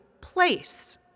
place